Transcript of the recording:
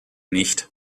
nicht